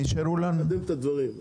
נגדיר את הדברים.